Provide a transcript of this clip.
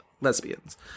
lesbians